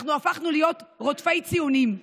אנחנו הפכנו להיות רודפי ציונים.